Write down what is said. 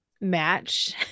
match